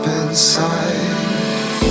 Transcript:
inside